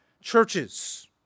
churches